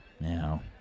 Now